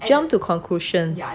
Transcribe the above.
jump to conclusion